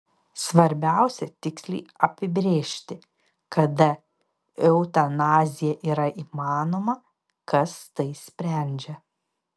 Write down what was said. svarbiausia tiksliai apibrėžti kada eutanazija yra įmanoma kas tai sprendžia